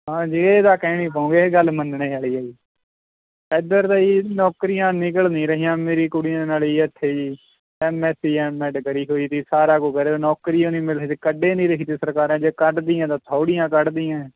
ਹਾਂਜੀ ਇਹ ਤਾਂ ਕਹਿਣੀ ਪਉਗੇ ਇਹ ਗੱਲ ਮੰਨਣ ਵਾਲੀ ਹੈ ਜੀ ਇੱਧਰ ਦਾ ਜੀ ਨੌਕਰੀਆਂ ਨਿਕਲ ਨਹੀਂ ਰਹੀਆਂ ਮੇਰੀ ਕੁੜੀਆਂ ਨਾਲ ਈ ਇੱਥੇ ਜੀ M S C M Ed ਕਰੀ ਹੋਈ ਸੀ ਸਾਰਾ ਕੁਝ ਕਰੇ ਨੌਕਰੀ ਓ ਨਹੀਂ ਮਿਲ ਰਹੀ ਸੀ ਜੀ ਕੱਢੇ ਨਹੀਂ ਰਹੀ ਜੀ ਸਰਕਾਰਾਂ ਜੇ ਕੱਢਦੀਆਂ ਤਾਂ ਥੋੜ੍ਹੀਆਂ ਕੱਢਦੀਆਂ